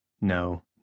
no